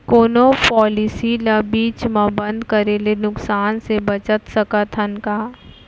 कोनो पॉलिसी ला बीच मा बंद करे ले नुकसान से बचत सकत हन का?